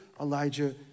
Elijah